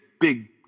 big